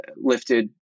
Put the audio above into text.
lifted